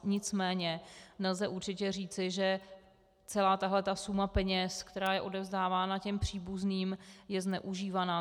Nicméně nelze určitě říci, že celá tahle suma peněz, která je odevzdávána příbuzným, je zneužívaná.